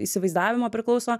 įsivaizdavimo priklauso